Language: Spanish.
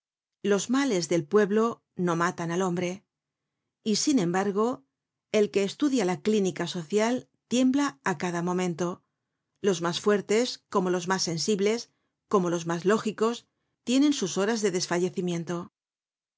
los males del pueblo no matan al hombre y sin embargo el que estudia la clínica social tiembla á cada momento los mas fuertes como los mas sensibles como los mas lógicos tienen sus horas de